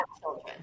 children